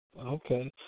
Okay